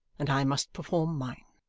and i must perform mine.